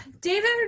David